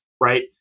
right